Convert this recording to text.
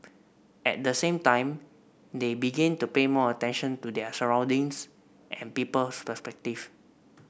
at the same time they begin to pay more attention to their surroundings and people's perspective